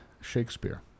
Shakespeare